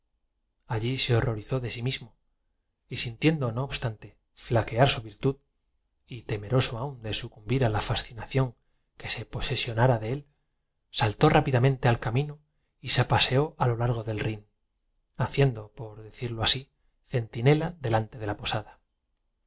provenía del vaivén sí mismo y sintiendo no obstante fiaquear su virtud y temeroso aun del péndulo durmióse enmedio de aquella confusa percepción de sucumbir a la fascinación que se posesionara de él saltó rápidamen te al camino y se paseó a lo largo del rhin haciendo por decirlo así centinela delante de la posada